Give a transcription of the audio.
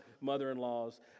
mother-in-laws